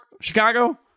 Chicago